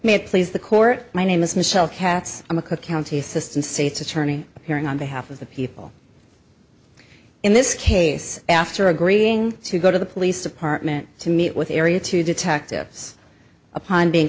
it please the court my name is michelle katz i'm a cook county assistant state's attorney appearing on behalf of the people in this case after agreeing to go to the police department to meet with area two detectives upon